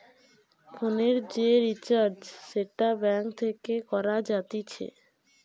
ফোনের যে রিচার্জ সেটা ব্যাঙ্ক থেকে করা যাতিছে